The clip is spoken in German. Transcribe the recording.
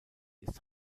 ist